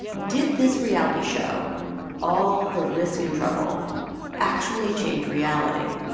did this reality show all the risk and trouble actually change reality?